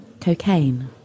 cocaine